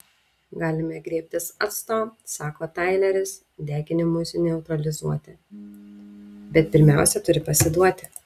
galime griebtis acto sako taileris deginimui neutralizuoti bet pirmiausia turi pasiduoti